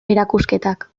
erakusketak